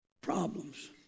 problems